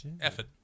effort